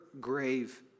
grave